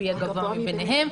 לפי הגבוה מביניהם.